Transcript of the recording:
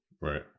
Right